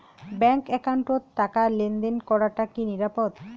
Bank একাউন্টত টাকা লেনদেন করাটা কি নিরাপদ?